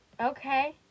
Okay